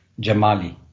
Jamali